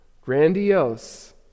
grandiose